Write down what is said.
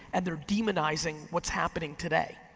and they're demonizing what's happening today.